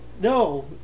No